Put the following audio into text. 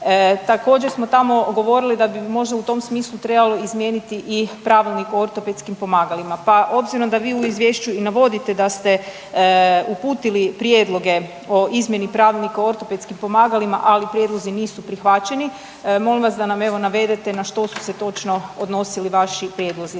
Također smo tamo govorili da bi možda u tom smislu trebao izmijeniti i Pravilnik o ortopedskim pomagalima, pa obzirom da vi u izvješću i navodite da ste uputili prijedloge o izmjeni Pravilnika o ortopedskim pomagalima, ali prijedlozi nisu prihvaćeni molim vas da nam evo navedete na što su se točno odnosili vaši prijedlozi.